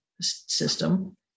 system